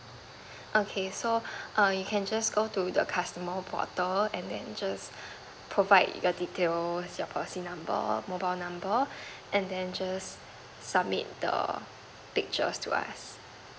okay so err you can just go to the customer portal and then just provide your details your policy number mobile number and then just submit the pictures to us